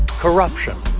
corruption,